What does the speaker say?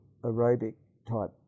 aerobic-type